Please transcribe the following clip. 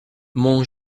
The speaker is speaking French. mon